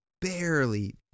barely